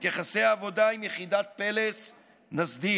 את יחסי העבודה עם יחידת פלס נסדיר.